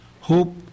hope